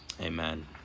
amen